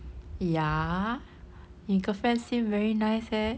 ya 你 girlfriend seem very nice leh